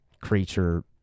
Creature